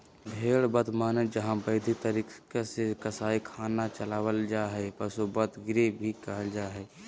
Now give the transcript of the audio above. भेड़ बध माने जहां वैधानिक तरीका से कसाई खाना चलावल जा हई, पशु वध गृह भी कहल जा हई